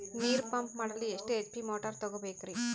ನೀರು ಪಂಪ್ ಮಾಡಲು ಎಷ್ಟು ಎಚ್.ಪಿ ಮೋಟಾರ್ ತಗೊಬೇಕ್ರಿ?